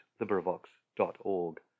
LibriVox.org